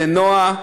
לנועה,